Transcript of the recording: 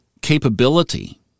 capability